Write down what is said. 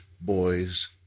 boys